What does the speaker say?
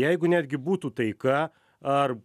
jeigu netgi būtų taika ar